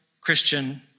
Christian